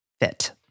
fit